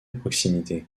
proximité